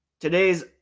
today's